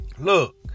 Look